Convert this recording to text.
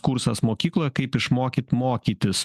kursas mokykloje kaip išmokyt mokytis